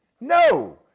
no